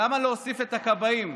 למה להוסיף את הכבאים?